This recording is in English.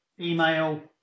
email